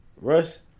Russ